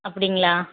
அப்படிங்களா